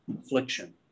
affliction